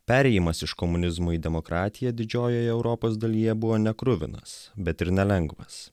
perėjimas iš komunizmo į demokratiją didžiojoje europos dalyje buvo nekruvinas bet ir nelengvas